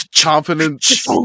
Confidence